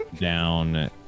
down